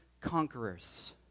conquerors